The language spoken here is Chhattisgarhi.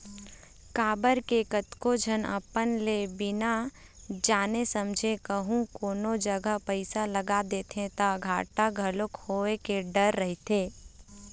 काबर के कतको झन अपन ले बिना जाने समझे कहूँ कोनो जघा पइसा लगा देथे ता घाटा घलोक होय के डर रहिथे